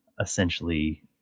essentially